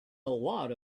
lot